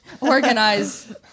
Organize